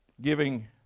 giving